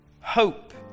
hope